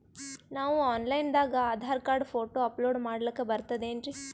ನಾವು online ದಾಗ Aadhaar card, photo upload ಮಾಡ್ಲಕ ಬರ್ತದೇನ್ರಿ?